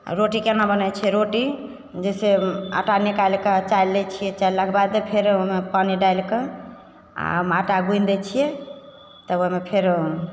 रोटी केना बनय छै रोटी जैसे आटा निकालिके चालि लै छियै चाललाके बाद फेर ओइमे पानि डालिके आओर आटा गूँधि दै छियै तब ओइमे फेर